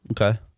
Okay